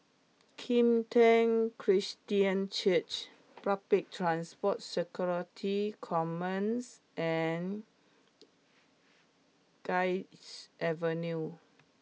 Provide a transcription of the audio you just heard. Kim Tian Christian Church Public Transport Security Command and Guards Avenue